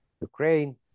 Ukraine